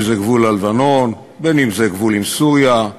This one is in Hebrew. אם גבול הלבנון, אם הגבול עם סוריה,